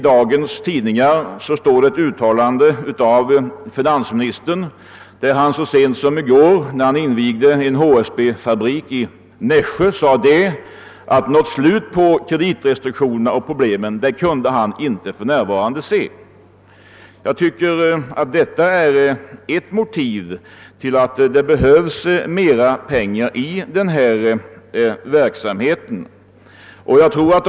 Dagens tidningar återger också ett uttalande av finansministern, som när han så sent som i går invigde en HSB fabrik i Nässjö sade, att han i dag inte kunde se något slut på kreditrestriktionerna. Det talar ju för att man behöver mera pengar i den verksamhet vi här diskuterar.